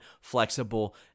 flexible